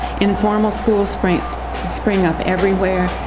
informal schools spring so spring up everywhere.